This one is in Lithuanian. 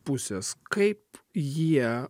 pusės kaip jie